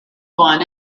one